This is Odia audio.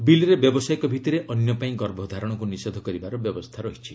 ବିଲ୍ରେ ବ୍ୟାବସାୟିକ ଭିତ୍ତିରେ ଅନ୍ୟପାଇଁ ଗର୍ଭଧାରଣକୁ ନିଷେଧ କରିବାର ବ୍ୟବସ୍ଥା ରହିଛି